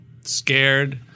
scared